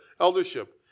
eldership